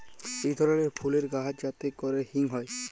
ইক ধরলের ফুলের গাহাচ যাতে ক্যরে হিং হ্যয়